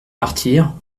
martyrs